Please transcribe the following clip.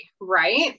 right